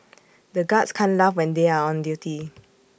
the guards can't laugh when they are on duty